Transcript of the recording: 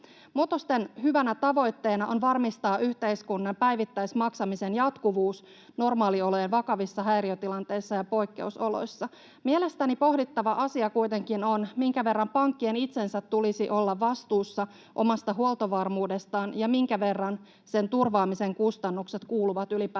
Muutosten hyvänä tavoitteena on varmistaa yhteiskunnan päivittäismaksamisen jatkuvuus normaaliolojen vakavissa häiriötilanteissa ja poikkeusoloissa. Mielestäni pohdittava asia kuitenkin on, minkä verran pankkien itsensä tulisi olla vastuussa omasta huoltovarmuudestaan ja minkä verran sen turvaamisen kustannukset kuuluvat ylipäätään